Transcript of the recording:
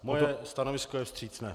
Moje stanovisko je vstřícné.